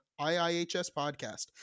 IIHSpodcast